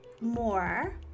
more